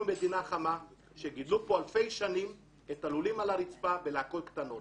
אנחנו מדינה חמה שגידלו כאן אלפי שנים את הלולים על הרצפה בלהקות קטנות.